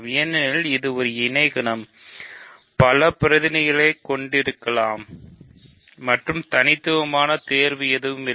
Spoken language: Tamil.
ஏனெனில் ஒரு இணைகணம் பல பிரதிநிதிகளைக் கொண்டிருக்கலாம் மற்றும் தனித்துவமான தேர்வு எதுவும் இல்லை